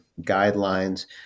guidelines